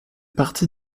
partie